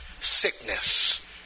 sickness